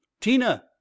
tina